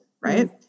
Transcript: right